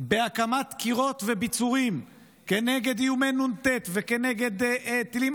בהקמת קירות וביצורים כנגד איומי נ"ט וכנגד טילים,